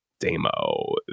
demo